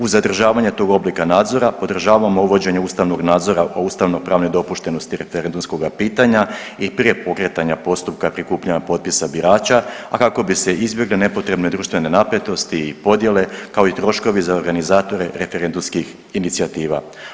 Uz zadržavanje tog oblika nadzora, podržavamo uvođenje ustavnog nadzora o ustavnopravnoj dopuštenosti referendumskoga pitanja i prije pokretanja postupka prikupljanja potpisa birača, a kako bi se izbjegle nepotrebne društvene napetosti i podjele, kao i troškovi za organizatore referendumskih inicijativa.